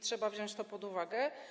Trzeba wziąć to pod uwagę.